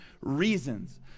reasons